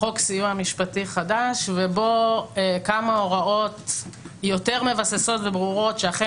חוק סיוע משפטי חדש ובו כמה הוראות יותר מבססות וברורות שאכן